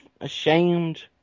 ashamed